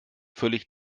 völlig